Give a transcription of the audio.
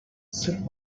sırp